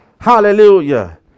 Hallelujah